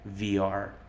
VR